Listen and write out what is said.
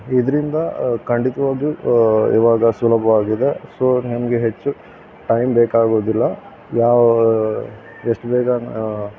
ಇದರಿಂದ ಖಂಡಿತವಾಗಿಯೂ ಇವಾಗ ಸುಲಭವಾಗಿದೆ ಸೊ ನಿಮಗೆ ಹೆಚ್ಚು ಟೈಮ್ ಬೇಕಾಗೋದಿಲ್ಲ ಯಾವ ಎಷ್ಟು ಬೇಗ